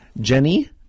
Jenny